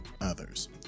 others